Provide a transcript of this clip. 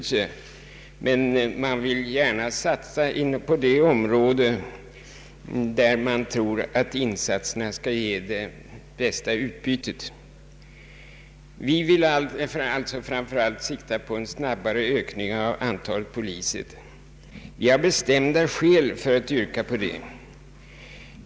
Var och en vill satsa på det område där man tror att insatserna ger det bästa utbytet. Vi vill framför allt sikta på en snabbare ökning av antalet poliser. Vi har bestämda skäl för detta yrkande.